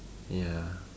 ya